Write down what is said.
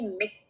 mix